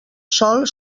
sol